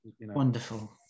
Wonderful